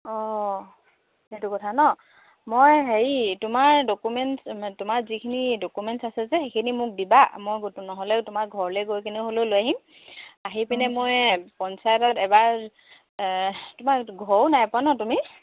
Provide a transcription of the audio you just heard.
অঁ সেইটো কথা ন মই হেৰি তোমাৰ ডকুমেণ্টছ তোমাৰ যিখিনি ডকুমেণ্টছ আছে যে সেইখিনি মোক দিবা মই নহ'লেও তোমাৰ ঘৰলে গৈ কিনে হ'লেও লৈ আহিম আহি পিনে মই পঞ্চায়তত এবাৰ তোমাৰ ঘৰো নাই পোৱা ন তুমি